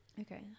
Okay